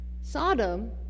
Sodom